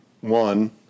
one